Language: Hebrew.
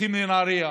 הולכים לנהריה,